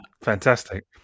Fantastic